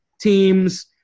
teams